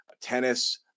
tennis